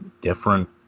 different